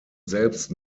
selbst